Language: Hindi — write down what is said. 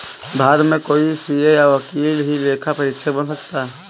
भारत में कोई सीए या वकील ही लेखा परीक्षक बन सकता है